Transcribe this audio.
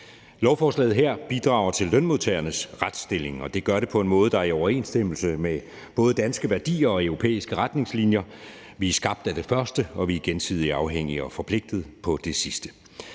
Lovforslaget her bidrager positivt til lønmodtagernes retsstilling, og det gør det på en måde, der er i overensstemmelse med både danske værdier og europæiske retningslinjer; vi er skabt af det første, og vi er gensidigt afhængige af og forpligtet på det sidste.